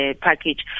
package